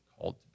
called